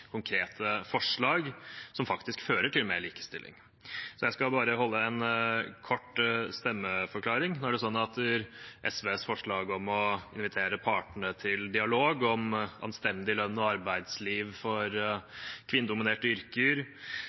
konkrete forslag som faktisk fører til mer likestilling. Jeg skal bare komme med en kort stemmeforklaring. SVs forslag om å invitere partene til dialog om anstendig lønn og arbeidsliv for kvinnedominerte yrker